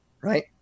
Right